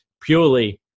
purely